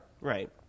Right